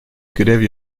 grev